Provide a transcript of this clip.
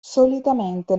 solitamente